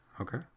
Okay